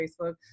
Facebook